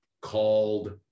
called